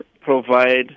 provide